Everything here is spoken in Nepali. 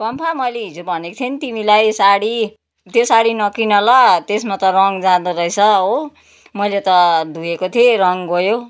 पम्फा मैले हिजो भनेको थिएँ नि तिमीलाई साडी त्यो साडी नकिन ल त्यसमा त रङ जाँदोरहेछ हो मैले त धोएको थिएँ रङ गयो